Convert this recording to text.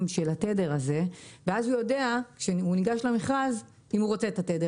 של התדר הזה ואז הוא יודע כשהוא ניגש למכרז אם הוא רוצה את התדר